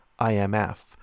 IMF